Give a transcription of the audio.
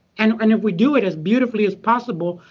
and and if we do it as beautifully as possible,